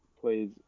plays